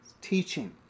teaching